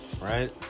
right